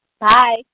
Bye